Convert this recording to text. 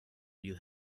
you